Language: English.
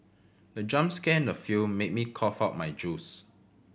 the jump scare in the film made me cough out my juice